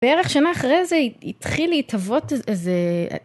בערך שנה אחרי זה התחיל להתהוות איזה